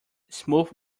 smooth